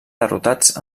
derrotats